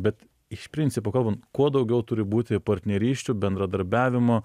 bet iš principo kalbant kuo daugiau turi būti partnerysčių bendradarbiavimo